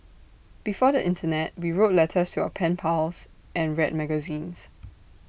before the Internet we wrote letters to our pen pals and read magazines